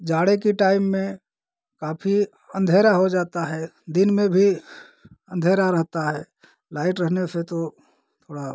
जाड़े के टाइम में काफी अंधेरा हो जाता है दिन में भी अंधेरा रहता है टाइम रहने से तो थोड़ा